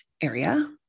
area